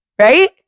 right